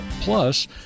Plus